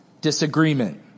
disagreement